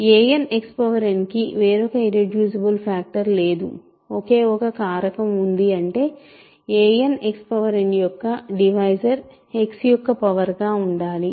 anXnకి వేరొక irreducible factor లేదు ఒకే ఒక కారకం ఉంది అంటే anXn యొక్క డివైజర్ X యొక్క పవర్ గా ఉండాలి